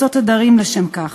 להקצות תדרים לשם כך.